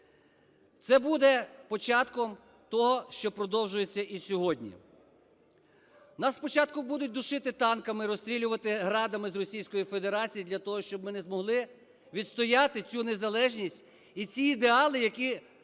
Це буде початком того, що продовжується і сьогодні. Нас спочатку будуть душити танками, розстрілювати "Градами" з Російської Федерації для того, щоб ми не змогли відстояти цю незалежність і ці ідеали, які